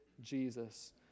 Jesus